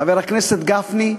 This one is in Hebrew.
חבר הכנסת גפני,